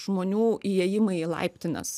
žmonių įėjimai į laiptines